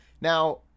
Now